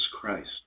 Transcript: Christ